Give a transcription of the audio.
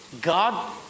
God